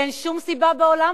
ואין שום סיבה בעולם,